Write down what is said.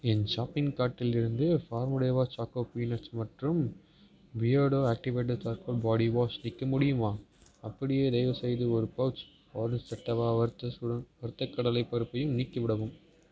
என் shopping கார்ட்டிலிருந்து farm Veda choco peanuts மற்றும் Beardo activated charcoal body wash நீக்க முடியுமா அப்படியே தயவுசெய்து ஒரு பவுச் ஆர்கானிக் தத்வா வறுத்த சுழ வறுத்த கடலைப் பருப்பையும் நீக்கிவிடவும்